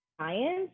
science